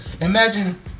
imagine